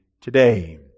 today